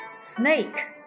Snake